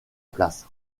place